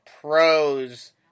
pros